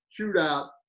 shootout